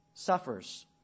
suffers